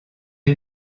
est